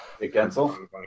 Gensel